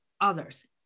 others